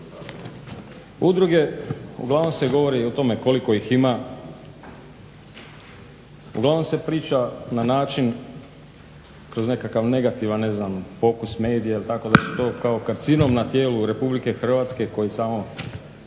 Udruge, uglavnom se govori o tome koliko ih ima, uglavnom se priča na način kroz nekakav negativan ne znam fokus medija ili tako da su to kao karcinom na tijelu RH koji samo